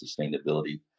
sustainability